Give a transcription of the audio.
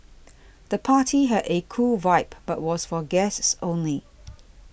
the party had a cool vibe but was for guests only